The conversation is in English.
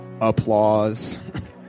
applause